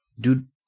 dude